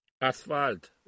Asphalt